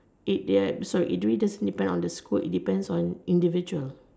it they are sorry it really doesn't depend on the school it depends on individual